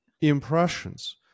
impressions